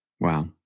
Wow